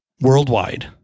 worldwide